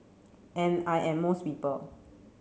and I am most people